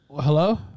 Hello